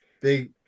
big